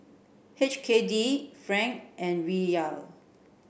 H K D franc and Riyal